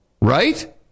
right